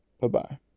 Bye-bye